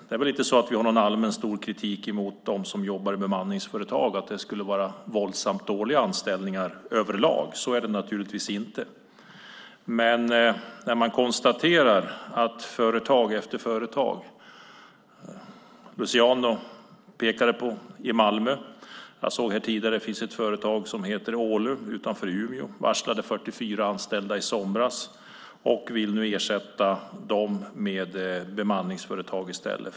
Det är inte så att vi har någon allmän stor kritik mot dem som jobbar i bemanningsföretag, att det skulle vara våldsamt dåliga anställda överlag. Så är det naturligtvis inte. Men man kan konstatera att företag efter företag använder bemanningsföretag. Luciano pekade på ett i Malmö. Ett företag som heter Ålö, utanför Umeå, varslade 44 anställda i somras och vill nu ersätta dem med personal från bemanningsföretag i stället.